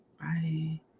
Bye